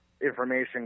information